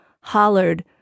hollered